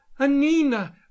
Anina